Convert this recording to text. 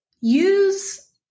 use